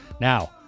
now